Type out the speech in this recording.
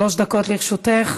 שלוש דקות לרשותך.